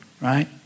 right